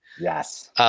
Yes